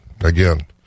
again